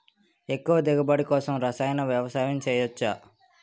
ఎక్కువ దిగుబడి కోసం రసాయన వ్యవసాయం చేయచ్చ?